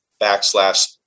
backslash